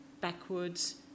backwards